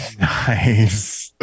Nice